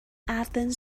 athens